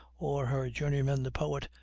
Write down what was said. or her journeyman the poet,